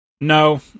No